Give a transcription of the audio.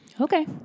Okay